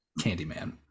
Candyman